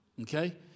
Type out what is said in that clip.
Okay